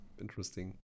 interesting